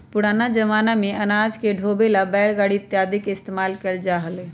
पुराना जमाना में अनाज के ढोवे ला बैलगाड़ी इत्यादि के इस्तेमाल कइल जा हलय